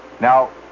Now